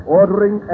ordering